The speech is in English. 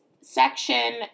section